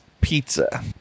Pizza